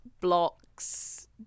blocks